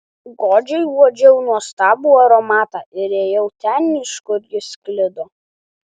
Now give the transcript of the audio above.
godžiai uodžiau nuostabų aromatą ir ėjau ten iš kur jis sklido